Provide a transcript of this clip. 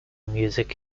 music